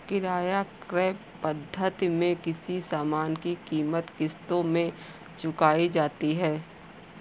किराया क्रय पद्धति में किसी सामान की कीमत किश्तों में चुकाई जाती है